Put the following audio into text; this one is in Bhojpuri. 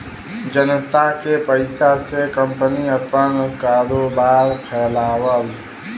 जनता के पइसा से कंपनी आपन कारोबार फैलावलन